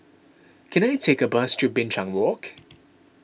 can I take a bus to Binchang Walk